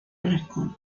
alarcón